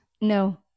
No